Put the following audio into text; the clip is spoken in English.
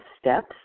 steps